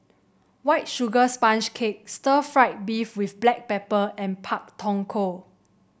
White Sugar Sponge Cake Stir Fried Beef with Black Pepper and Pak Thong Ko